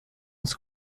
als